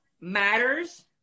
matters